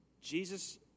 Jesus